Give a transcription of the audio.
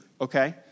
okay